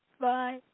Bye